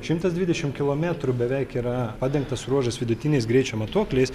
šimtas dvidešim kilometrų beveik yra padengtas ruožas vidutiniais greičio matuokliais